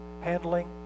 Handling